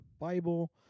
bible